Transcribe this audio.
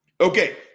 Okay